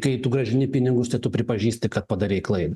kai tu grąžini pinigus tai tu pripažįsti kad padarei klaidą